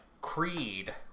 creed